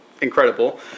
incredible